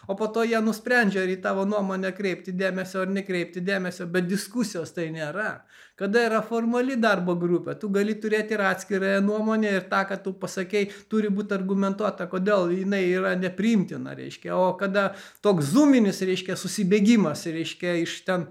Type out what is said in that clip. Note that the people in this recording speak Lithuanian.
o po to jie nusprendžia ar į tavo nuomonę kreipti dėmesio ar nekreipti dėmesio bet diskusijos tai nėra kada yra formali darbo grupė tu gali turėti ir atskirąją nuomonę ir tą ką tu pasakei turi būt argumentuota kodėl jinai yra nepriimtina reiškia o kada toks zuminis reiškia susibėgimas reiškia iš ten